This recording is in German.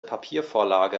papiervorlage